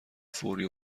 فوری